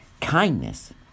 Kindness